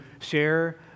share